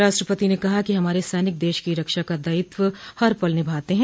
राष्ट्रपति ने कहा कि हमारे सैनिक देश की रक्षा का दायित्व हर पल निभाते हैं